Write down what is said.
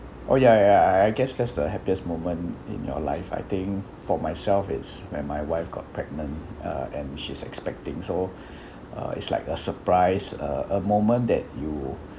oh ya ya ya I I guess that's the happiest moment in your life I think for myself it's when my wife got pregnant uh and she's expecting so uh it's like a surprise uh a moment that you